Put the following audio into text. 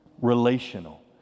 Relational